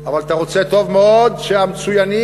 אבל אתה רוצה טוב מאוד, שהמצוינים,